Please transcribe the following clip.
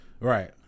Right